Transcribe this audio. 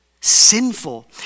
sinful